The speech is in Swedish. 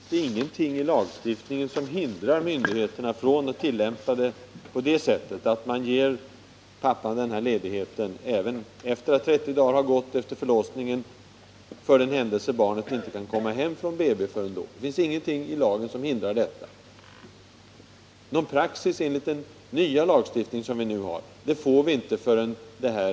Herr talman! Som jag har betonat finns det ingenting i lagen som hindrar myndigheterna från att tillämpa den på det sättet att man ger pappan denna ledighet även sedan 30 dagar har gått efter förlossningen för den händelse barnet inte kan komma hem från BB förrän senare. Någon praxis enligt den nya lagstiftning som vi nu har, får vi inte förrän detta